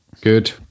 good